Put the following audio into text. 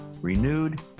renewed